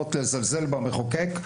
בוחרות לזלזל במחוקק,